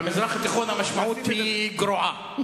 במזרח התיכון המשמעות היא גרועה.